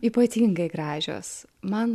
ypatingai gražios man